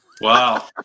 Wow